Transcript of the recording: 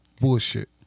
bullshit